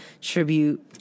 tribute